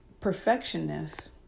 perfectionist